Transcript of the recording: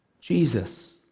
Jesus